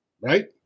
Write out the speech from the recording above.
right